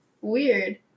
Weird